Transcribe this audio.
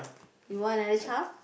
you want another child